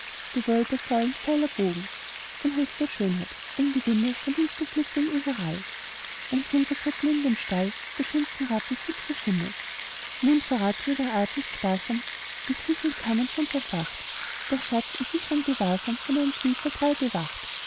gewölbe säulen pfeiler bogen von höchster schönheit ein gewimmel von dienstbeflissnen überall an silberkrippen in dem stall die schönsten rappen füchse schimmel mundvorrat jeder art nicht sparsam in küch und kammern schon verfacht der schatz in sicherem gewahrsam von einem schließer treu bewacht